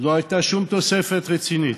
לא הייתה שום תוספת רצינית.